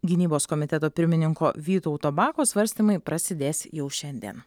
gynybos komiteto pirmininko vytauto bako svarstymai prasidės jau šiandien